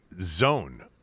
zone